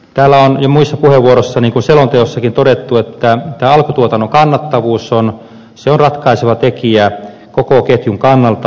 täällä on jo muissa puheenvuoroissa niin kuin selonteossakin todettu että tämä alkutuotannon kannattavuus on ratkaiseva tekijä koko ketjun kannalta